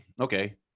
Okay